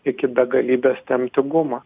iki begalybės tempti gumą